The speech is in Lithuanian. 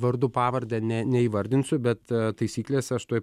vardu pavarde ne neįvardinsiu bet taisyklės aš tuoj